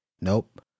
nope